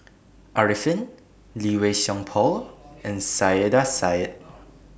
Arifin Lee Wei Song Paul and Saiedah Said